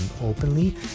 openly